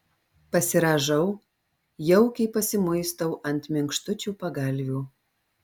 pasirąžau jaukiai pasimuistau ant minkštučių pagalvių